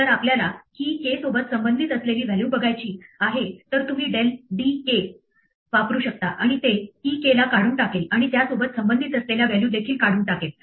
जर आपल्याला key k सोबत संबंधित असलेली व्हॅल्यू बघायची आहे तर तुम्ही del d k वापरू शकता आणि ते key k ला काढून टाकेल आणि त्यासोबत संबंधित असलेल्या व्हॅल्यू देखील काढून टाकेल